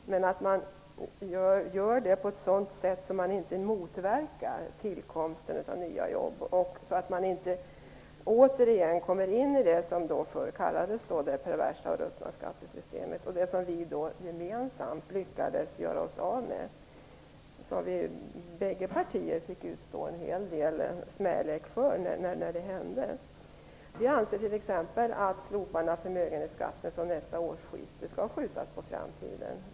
Men man måste göra det på ett sådant sätt att det inte motverkar tillkomsten av nya jobb, så att vi inte återigen kommer in i det som förr kallades det perversa och ruttna skattesystemet och som vi gemensamt lyckades göra oss av med. Bägge partierna fick stå ut en hel del smälek för det. Vi anser t.ex. att slopandet av förmögenhetsskatten, som skulle ske vid nästa årsskifte, bör skjutas på framtiden.